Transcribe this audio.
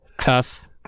Tough